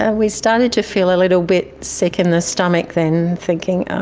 and we started to feel a little bit sick in the stomach then, thinking, oh